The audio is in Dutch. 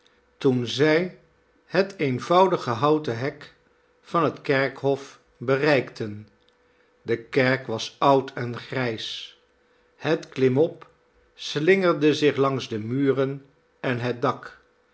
toen zij het eenvoudige houten hek van het kerkhof bereikten de kerk was oud en grijs het klimop slingerde zich langs de muren en het dak